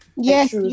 Yes